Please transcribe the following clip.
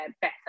better